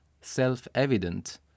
self-evident